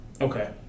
okay